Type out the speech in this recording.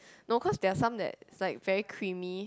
local there are some that are like very creamy